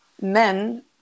men